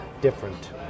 different